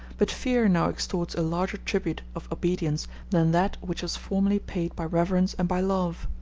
but fear now extorts a larger tribute of obedience than that which was formerly paid by reverence and by love.